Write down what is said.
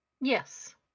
Yes